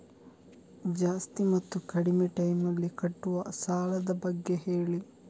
ಜಾಸ್ತಿ ಮತ್ತು ಕಡಿಮೆ ಟೈಮ್ ನಲ್ಲಿ ಕಟ್ಟುವ ಸಾಲದ ಬಗ್ಗೆ ಹೇಳಿ